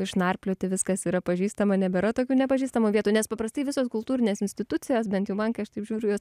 išnarplioti viskas yra pažįstama nebėra tokių nepažįstamų vietų nes paprastai visos kultūrinės institucijos bent jau man kai aš taip žiūriu jos